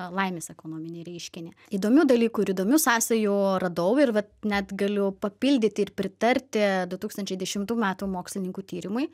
laimės ekonominį reiškinį įdomių dalykų ir įdomių sąsajų radau ir vat net galiu papildyti ir pritarti du tūkstančiai dešimtų metų mokslininkų tyrimui